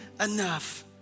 enough